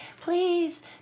Please